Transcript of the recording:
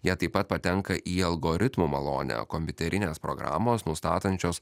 jie taip pat patenka į algoritmų malonę kompiuterinės programos nustatančios